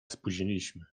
spóźniliśmy